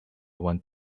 want